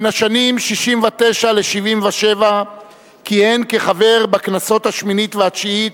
בשנים 1969 1977 כיהן כחבר בכנסות השמינית והתשיעית,